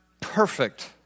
perfect